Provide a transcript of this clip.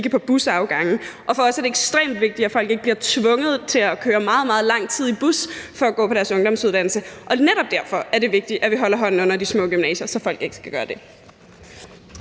kigge på busafgange. For os er det ekstremt vigtigt, at folk ikke bliver tvunget til at køre meget, meget lang tid i bus for at gå på deres ungdomsuddannelse. Netop derfor er det vigtigt, at vi holder hånden under de små gymnasier, så folk ikke skal gøre det.